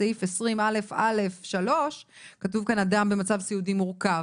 בסעיף 20(א)(א)(3) כתוב כאן אדם במצב סיעודי מורכב.